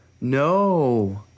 No